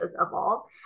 evolve